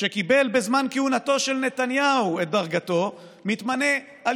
שקיבל בזמן כהונתו של נתניהו את דרגתו מתמנה על